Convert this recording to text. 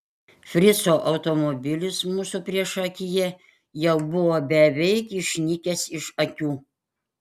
frico automobilis mūsų priešakyje jau buvo beveik išnykęs iš akių